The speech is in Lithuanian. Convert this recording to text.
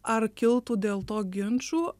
ar kiltų dėl to ginčų